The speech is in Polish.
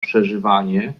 przeżywanie